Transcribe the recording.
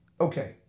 okay